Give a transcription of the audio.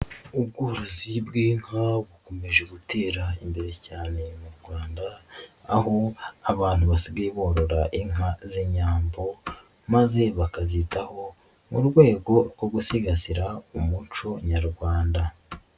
Ubworozi bw'inka bukomeje gutera imbere cyane mu Rwanda, aho abantu basigaye borora inka z'Inyambo maze bakazitaho mu rwego rwo gusigasira umuco nyarwanda.